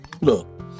Look